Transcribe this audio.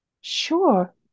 Sure